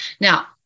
Now